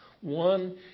One